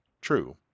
True